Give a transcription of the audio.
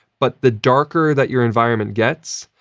but the darker that your environment gets,